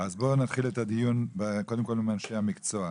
אז בואו נתחיל את הדיון קודם כל עם אנשי המקצוע.